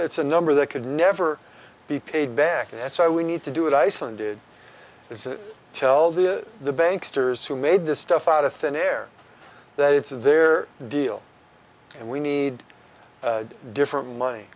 it's a number that could never be paid back and that's why we need to do it iceland it isn't tell the the banks toure's who made this stuff out of thin air that it's their deal and we need different money